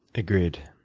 agreed.